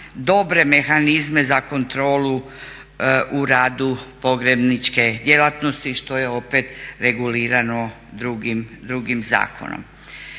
dobre mehanizme za kontrolu u radu pogrebničke djelatnosti što je opet regulirano drugim zakonom.